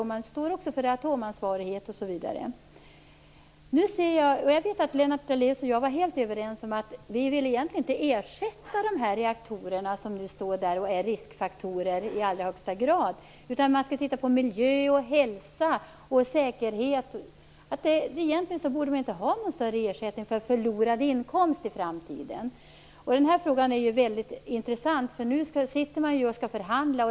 Man står också för atomansvarighet osv. Lennart Daléus och jag var helt överens om att vi egentligen inte vill att staten skall betala ersättning för de reaktorer som i allra högsta grad är riskfaktorer. I stället skall vi se till miljö, hälsa och säkerhet. Egentligen borde det inte bli någon större ersättning för förlorad inkomst i framtiden. Frågan är mycket intressant. Nu sitter man och skall förhandla.